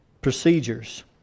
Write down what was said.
procedures